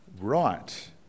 Right